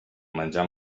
menjar